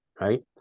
right